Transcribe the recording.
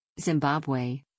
Zimbabwe